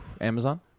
amazon